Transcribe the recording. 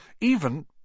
Even